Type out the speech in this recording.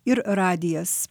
ir radijas